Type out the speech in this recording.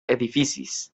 edificis